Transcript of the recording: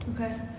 Okay